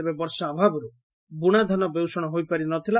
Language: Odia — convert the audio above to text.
ତେବେ ବର୍ଷା ଅଭାବରୁ ବୁଣାଧାନ ବେଉଷଣ ହୋଇପାରି ନ ଥିଲା